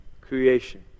creation